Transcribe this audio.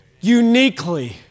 Uniquely